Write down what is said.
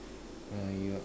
oh you